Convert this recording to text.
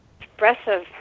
expressive